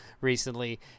recently